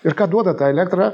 ir ką duoda ta elektra